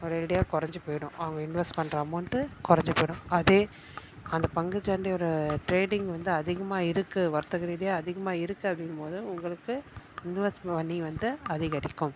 ஒரேடியாக குறஞ்சி போய்விடும் அவங்க இன்வெஸ்ட் பண்ணுற அமௌண்ட்டு குறஞ்சி போய்டும் அதே அந்த பங்குச் சந்தையோடய ட்ரேடிங் வந்து அதிகமாக இருக்குது வர்த்தக ரீதியாக அதிகமாக இருக்குது அப்படிங்கம்போது உங்களுக்கு இன்வெஸ்ட் மனி வந்து அதிகரிக்கும்